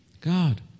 God